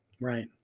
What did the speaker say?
Right